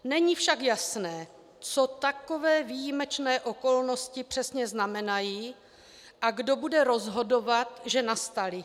Není však jasné, co takové výjimečné okolnosti přesně znamenají a kdo bude rozhodovat, že nastaly.